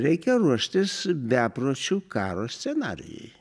reikia ruoštis bepročių karo scenarijai